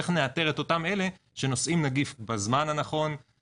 איך נאתר את אותם אלה שנושאים נגיף בזמן הנכון,